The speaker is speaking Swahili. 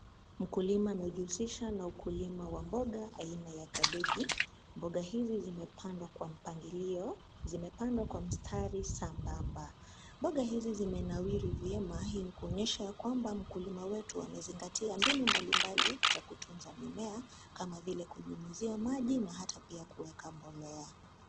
Mkulima amejihusisha na ukulima wa mboga aina ya kabeji. Mboga hizi zimepandwa kwa mpangilio; zimepangwa kwa mstari sambamba. Mboga hizi zimenawiri vyema hii ni kuonyesha ya kwamba mkulima wetu amezingatia mbinu mbalimbali za kutunza mimea kama vile kunyunyizia maji na hata pia kuweka mbolea.